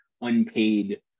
unpaid